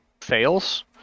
fails